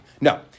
No